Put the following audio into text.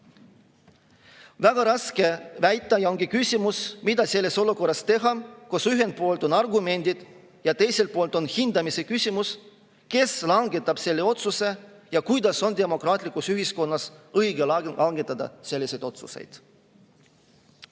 tagasivaatavalt. Ongi küsimus, mida selles olukorras teha, kus on ühelt poolt argumendid ja teiselt poolt hindamise küsimus, kes langetab otsuse ja kuidas on demokraatlikus ühiskonnas õige langetada selliseid otsuseid.